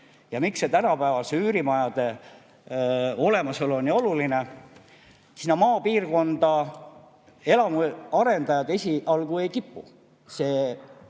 Miks tänapäevaste üürimajade olemasolu on nii oluline? Maapiirkonda elamuarendajad esialgu ei kipu.